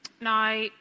Now